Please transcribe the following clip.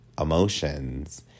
emotions